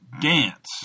dance